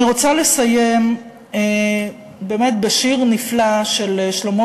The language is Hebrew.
אני רוצה לסיים באמת בשיר נפלא של שלמה